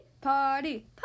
party